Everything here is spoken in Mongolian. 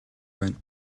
байна